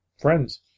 friends